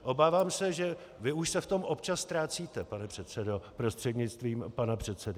Obávám se, že vy už se v tom občas ztrácíte, pane předsedo prostřednictvím pana předsedy.